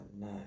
no